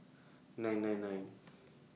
nine nine nine